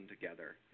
together